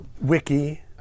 wiki